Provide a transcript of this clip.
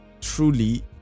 truly